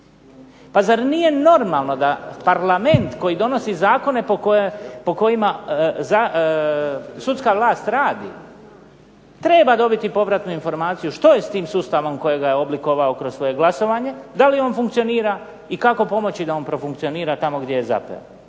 Pa zar nije normalno da Parlament koji donosi zakone po kojima sudska vlast radi treba dobiti informaciju što je sa tim sustavom kojega je oblikovao kroz svoje glasovanje, da li on funkcionira i kako pomoći da on profunkcionira tamo gdje je zapeo.